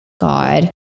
God